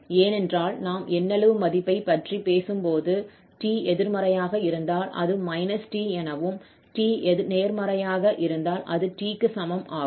ஏனென்றால் நாம் எண்ணளவு மதிப்பைப் பற்றி பேசும்போது t எதிர்மறையாக இருந்தால் அது -t எனவும் t நேர்மறையாக இருந்தால் அது t க்கு சமம் ஆகும்